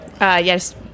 yes